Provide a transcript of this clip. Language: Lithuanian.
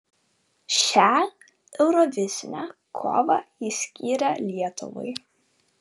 šią eurovizinę kovą jis skyrė lietuvai